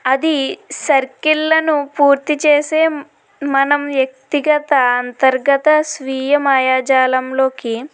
అది సర్కిళ్లను పూర్తిచేసే మనం వ్యక్తిగత అంతర్గత స్వీయ మాయాజాలంలోకి